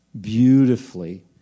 beautifully